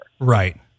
Right